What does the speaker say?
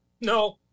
No